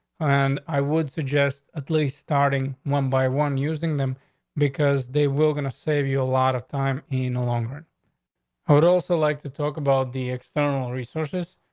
and i would suggest at least starting one by one using them because they will gonna save you a lot of time. in the long run, i would also like to talk about the external resources.